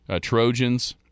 Trojans